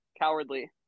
Cowardly